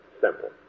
simple